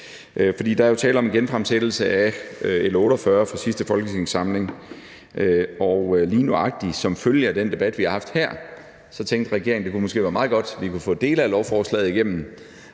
Der er jo tale om en genfremsættelse af L 48 fra sidste folketingssamling, og lige nøjagtig som følge af den debat, vi har haft her, tænkte regeringen, at det måske kunne være meget godt, at vi kunne få dele af lovforslaget igennem,